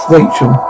Rachel